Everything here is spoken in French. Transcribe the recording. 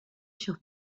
sur